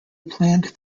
planned